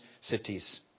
cities